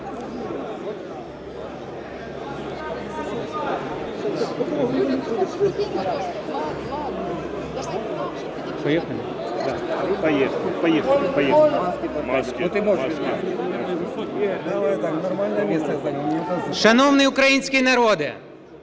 Шановний український народе!